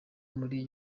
muri